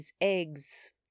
eggs